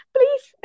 Please